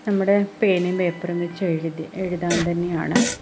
നമ്മുടെ പേനയും പേപ്പറും വെച്ച് എഴുതി എഴുതാൻ തന്നെയാണ്